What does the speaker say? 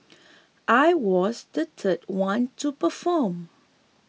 I was the third one to perform